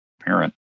parent